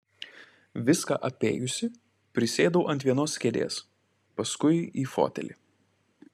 viską apėjusi prisėdau ant vienos kėdės paskui į fotelį